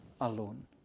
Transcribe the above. alone